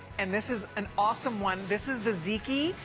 and this is an awesome one. this is the zeki.